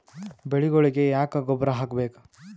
ಬೆಳಿಗೊಳಿಗಿ ಯಾಕ ಗೊಬ್ಬರ ಹಾಕಬೇಕು?